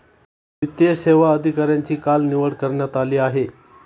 वित्तीय सेवा अधिकाऱ्यांची काल निवड करण्यात आली आहे